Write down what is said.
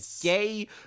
gay